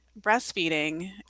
breastfeeding